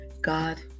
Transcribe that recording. God